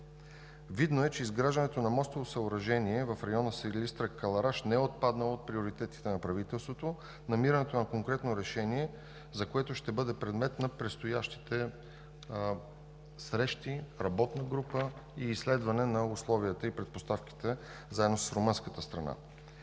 Видно е, че изграждането на мостово съоръжение в района на Силистра – Кълъраш не е отпаднало от приоритетите на правителството, намирането на конкретно решение, което ще бъде предмет на предстоящите срещи, работна група и изследване на условията и предпоставките заедно с румънската страна.